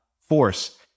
force